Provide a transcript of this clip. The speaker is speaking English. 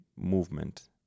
movement